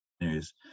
news